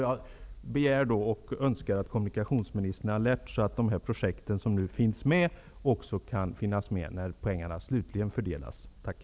Jag begär och önskar att de projekt som nu finns med också finns med när pengarna fördelas slutligt.